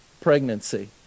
pregnancy